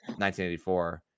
1984